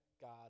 God